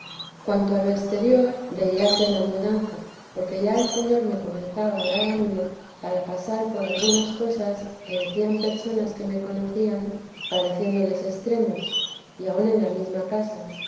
cuanto a lo exterior veíase la mudanza porque ya el señor me comenzaba a dar ánimo para pasar por algunas cosas que decían personas que me conocían pareciéndoles extremos y aun en la mesma casa